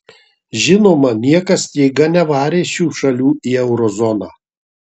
žinoma niekas jėga nevarė šių šalių į euro zoną